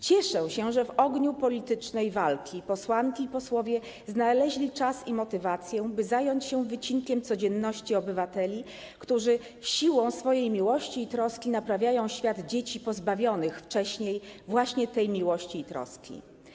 Cieszę się, że w ogniu politycznej walki posłanki i posłowie znaleźli czas i motywację, by zająć się wycinkiem codzienności obywateli, którzy siłą swojej miłości i troski naprawiają świat dzieci pozbawionych wcześniej właśnie tej miłości i troski.